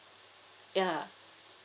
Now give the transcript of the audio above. ya